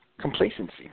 complacency